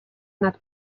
nad